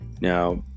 now